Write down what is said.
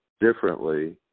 differently